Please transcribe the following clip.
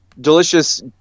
delicious